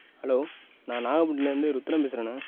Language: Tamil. ஹலோ நான் நாகப்பட்டினத்துலேருந்து ருத்ரன் பேசுறேண்ணே